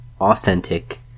authentic